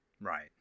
Right